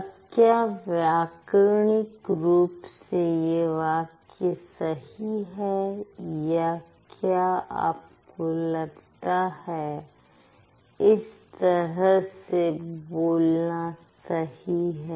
अब क्या व्याकरणिक रूप से यह वाक्य सही है या क्या आपको लगता है इस तरह से बोलना सही है